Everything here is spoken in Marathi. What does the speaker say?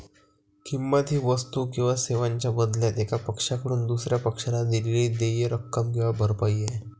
किंमत ही वस्तू किंवा सेवांच्या बदल्यात एका पक्षाकडून दुसर्या पक्षाला दिलेली देय रक्कम किंवा भरपाई आहे